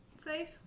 safe